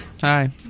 Hi